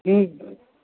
हुँ हुँ